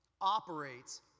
operates